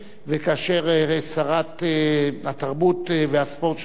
וכאשר שרת התרבות והספורט של היום